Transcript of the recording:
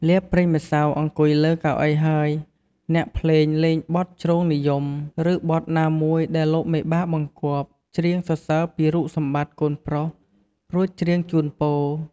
លាបប្រេងម្សៅអង្គុយលើកៅអីហើយ អ្នកភ្លេងលេង បទជ្រងនិយម ឬបទណាមួយដែលលោកមេបាបង្គាប់។ ច្រៀងសរសើរពីរូបសម្បត្តិ កូនប្រុស រួចច្រៀងជូនពរ ។